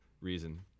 reason